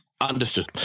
Understood